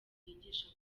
ryigisha